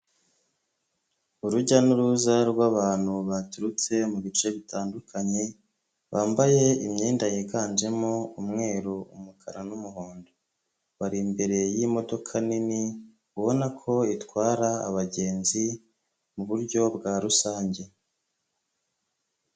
Urujya n'uruza rw'abantu baturutse mu bice bitandukanye, bambaye imyenda yiganjemo umweru, umukara, n'umuhondo, bari imbere y'imodoka nini ubona ko itwara abagenzi mu buryo bwa rusange.